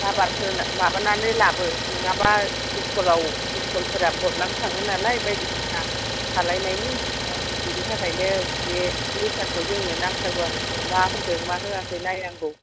माबार होना माबानानै लाबो नोङाबा स्कुलाव स्लुफोरा बरनाम थाङो नालाय बायदिसिना खालायनायनि बेनि थाखाइनो बे लेटारखौ जोंनो नांथारगौ आरो मा होदों मा होयाखै नायनांगौ